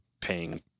paying